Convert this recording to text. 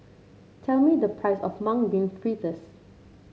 tell me the price of Mung Bean Fritters